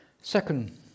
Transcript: Second